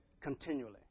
continually